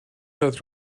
that